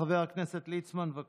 חבר הכנסת ליצמן, בבקשה.